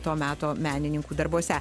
to meto menininkų darbuose